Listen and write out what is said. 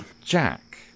Jack